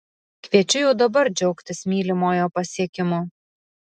kviečiu jau dabar džiaugtis mylimojo pasiekimu